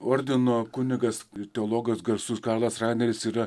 ordino kunigas teologas garsus karlas raneris yra